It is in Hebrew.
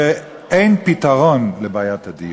שאין פתרון לבעיית הדיור.